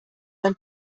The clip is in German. ein